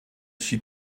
suis